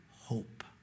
hope